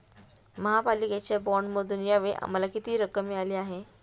महापालिकेच्या बाँडमध्ये या वेळी आम्हाला किती रक्कम मिळाली आहे?